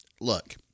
look